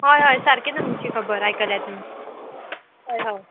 हय हय सारकें ना तुमची खबर आयकला तुमी हय हय